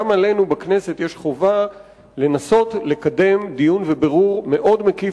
לנו בכנסת יש חובה לנסות לקדם דיון ובירור מאוד מקיף